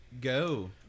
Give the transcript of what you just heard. Go